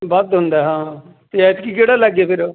ਵੱਧ ਹੁੰਦਾ ਹਾਂ ਅਤੇ ਐਤਕੀ ਕਿਹੜਾ ਲਾਈਏ ਫੇਰ